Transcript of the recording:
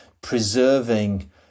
preserving